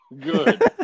good